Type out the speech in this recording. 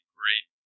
great